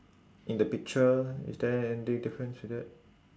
in the picture is there any difference in that